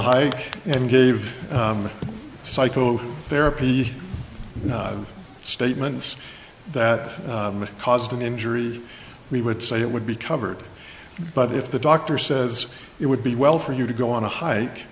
high and gave psycho therapy statements that caused an injury we would say it would be covered but if the doctor says it would be well for you to go on a hike